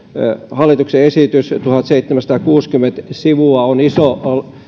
hallituksen esitys tuhatseitsemänsataakuusikymmentä sivua on iso